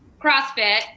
CrossFit